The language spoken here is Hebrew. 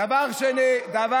דבר שני ------ עירייה.